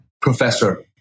Professor